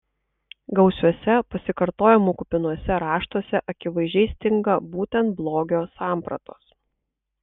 gausiuose pasikartojimų kupinuose raštuose akivaizdžiai stinga būtent blogio sampratos